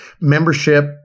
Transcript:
membership